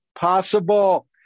possible